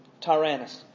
Tyrannus